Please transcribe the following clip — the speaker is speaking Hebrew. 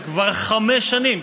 שכבר חמש שנים,